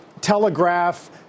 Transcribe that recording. telegraph